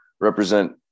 represent